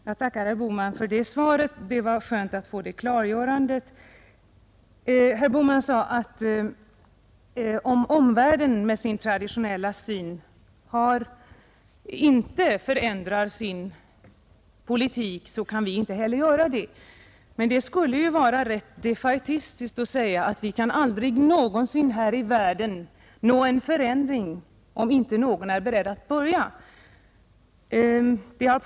Herr talman! Jag tackar herr Bohman för detta svar. Det var skönt att få det klargörandet. Herr Bohman sade att om omvärlden med sin traditionella syn inte förändrar sin politik, så kan inte heller vi göra det. Men det skulle ju vara rätt defaitistiskt att säga att vi aldrig någonsin kan nå en förändring här i världen, eftersom inte någon är beredd att ta första steget.